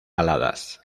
aladas